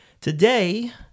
Today